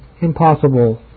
impossible